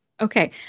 Okay